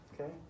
okay